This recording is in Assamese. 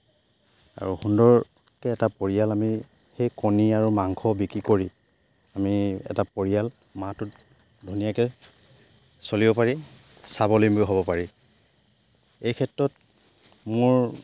আৰু সুন্দৰকে এটা পৰিয়াল আমি সেই কণী আৰু মাংস বিক্ৰী কৰি আমি এটা পৰিয়াল মাহটোত ধুনীয়াকে চলিব পাৰি স্বাৱলম্বী হ'ব পাৰি এই ক্ষেত্ৰত মোৰ